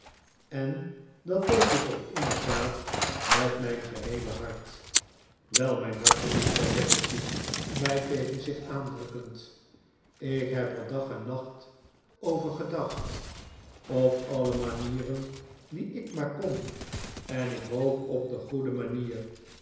en dat deed ik ook inderdaad met mijn geheele hart wel mijn hartedief zei peggotty mij tegen zich aan drukkend ik heb er dag en nacht over gedacht op alle manieren die ik maar kon en ik hoop op de goede manier